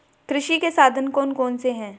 कृषि के साधन कौन कौन से हैं?